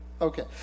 okay